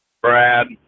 Brad